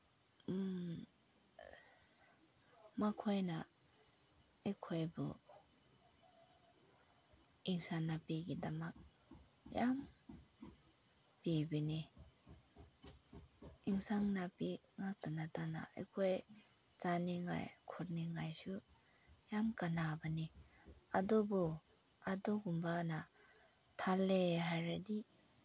ꯃꯈꯣꯏꯅ ꯑꯩꯈꯣꯏꯕꯨ ꯑꯦꯟꯁꯥꯡ ꯅꯥꯄꯤꯒꯤꯗꯃꯛ ꯌꯥꯝ ꯄꯤꯕꯅꯤ ꯑꯦꯟꯁꯥꯡ ꯅꯥꯄꯤ ꯉꯥꯛꯇ ꯅꯠꯇꯅ ꯑꯩꯈꯣꯏ ꯆꯥꯅꯤꯉꯥꯏ ꯈꯣꯠꯅꯤꯉꯥꯏꯁꯨ ꯌꯥꯝ ꯀꯥꯟꯅꯕꯅꯤ ꯑꯗꯨꯕꯨ ꯑꯗꯨꯒꯨꯝꯕꯅ ꯊꯜꯂꯦ ꯍꯥꯏꯔꯗꯤ